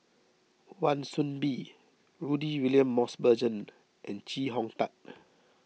Wan Soon Bee Rudy William Mosbergen and Chee Hong Tat